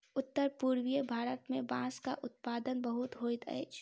उत्तर पूर्वीय भारत मे बांसक उत्पादन बहुत होइत अछि